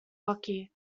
hockey